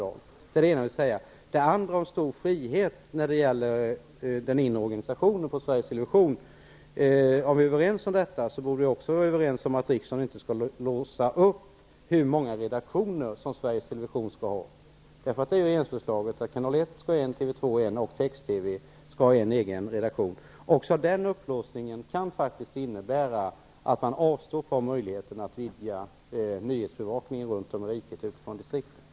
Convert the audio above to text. Om vi är överens om den stora friheten när det gäller den inre organisationen på Sveriges Television, borde vi vara överens även om att riksdagen inte skall låsa upp hur många redaktioner som Sveriges Television skall ha. Regeringsförslaget innebär att Kanal 1, TV 2 och text-TV skall ha var sin redaktion. Även den upplåsningen kan innebära att man avstår från möjligheten att vidga nyhetsbevakningen runt om i riket utifrån distrikten.